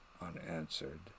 unanswered